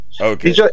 Okay